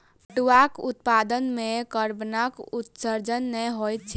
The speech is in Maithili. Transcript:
पटुआक उत्पादन मे कार्बनक उत्सर्जन नै होइत छै